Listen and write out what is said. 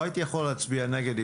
לא הייתי יכול להצביע נגד,